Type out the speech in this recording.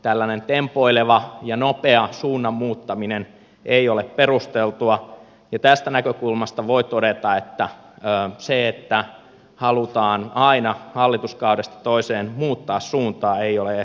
tällainen tempoileva ja nopea suunnan muuttaminen ei ole perusteltua ja tästä näkökulmasta voi todeta että se että halutaan aina hallituskaudesta toiseen muuttaa suuntaa ei ehkä ole perusteltua